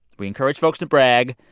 we encourage folks to brag.